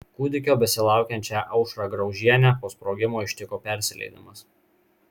kūdikio besilaukiančią aušrą graužienę po sprogimo ištiko persileidimas